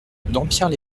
dampierre